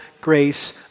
grace